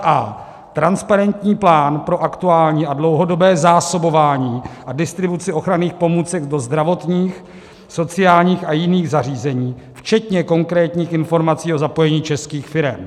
a) transparentní plán pro aktuální a dlouhodobé zásobování a distribuci ochranných pomůcek do zdravotních, sociálních a jiných zařízení, včetně konkrétních informací o zapojení českých firem;